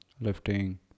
lifting